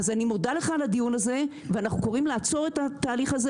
אז אני מודה לך על הדיון הזה ואנחנו קוראים לעצור את התהליך הזה,